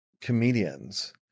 comedians